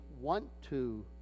want-to